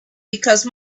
because